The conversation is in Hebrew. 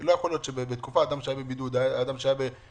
לא יכול להיות שבתקופה שאדם היה בבידוד או אדם שחלה בקורונה